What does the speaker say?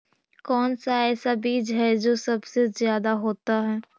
कौन सा ऐसा बीज है जो सबसे ज्यादा होता है?